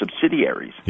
subsidiaries